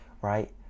right